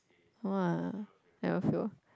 !wah! never fail